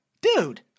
dude